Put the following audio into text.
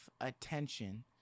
attention